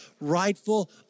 rightful